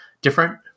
different